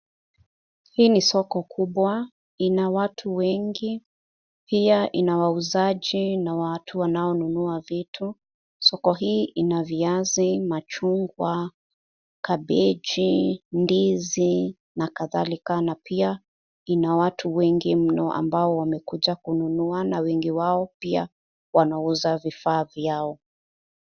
Hii ni soko kubwa ina watu wengi, pia inawauzaji na watu wanaonunua vitu. Soko hii ina viazi, machungwa, kabeji, ndizi, na kadhalika; na pia ina watu wengi mno ambao wamekuja kununua na wengi wao pia wanauza vifaa vyao.